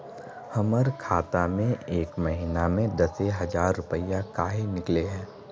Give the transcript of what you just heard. हमर खाता में एक महीना में दसे हजार रुपया काहे निकले है?